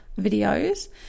videos